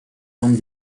membre